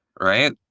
right